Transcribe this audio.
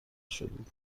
شدید